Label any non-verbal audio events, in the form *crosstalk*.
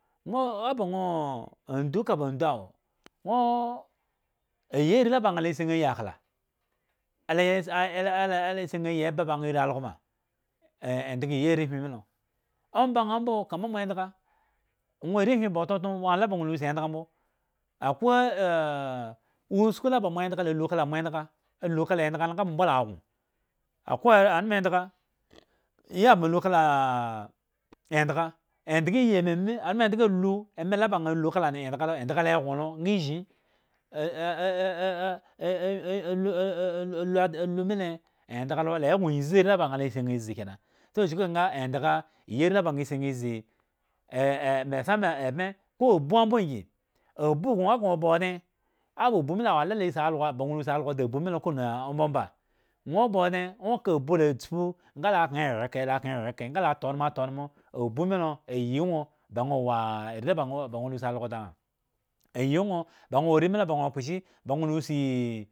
*hesitation* eka ba andu awo nwoo ayi are ta ba aa si aa yi awa *unintelligible* ala si aa la eba ba aa ri algo ma endga yi arewwi mi lo omba aa mbo kama moandga nwo arewhi ba ototno la ba nwo losi endga mbo akwai *hesitation* usku la ba moadga ala la kala moa engu alu kwa endga la mbo nga mo mbo ba go akwai anmu endga ya bma lu kala a endga endga yi mami anmu endga aly eme la ba aa la lu kala endgu le go nga zhyin *hesitation* *unintelligible* go enzi are la bo aa zi kena so chuku kahe nga enga ayi are ta ba la zi aa izii *hesitation* mai sama ebme ko abu ambo ngii abu go aka grei oba odne awo ba abu mi lo la si algo ba nwo si algo di abu lo kowone mbomba nwo ba odne nwo ka la tspu nga la nkre ewre la nkre ewre nga ta onmo tontonmo abu mi lo ayi nwo da nwo wo ari la ba nwonwo lo si algo dan ayi nwo ta nwo ba do eshi.